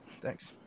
Thanks